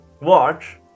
watch